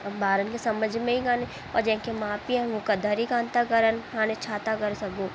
ॿारनि खे सम्झ में ई कान्हे पर जंहिं खे माउ पीउ आहिनि हू क़दरु कान था करनि हाणे छा था करे सघूं